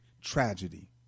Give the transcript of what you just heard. tragedy